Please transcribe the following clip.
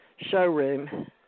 Showroom